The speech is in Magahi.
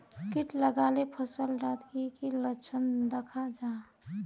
किट लगाले फसल डात की की लक्षण दखा जहा?